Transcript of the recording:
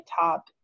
top